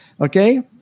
okay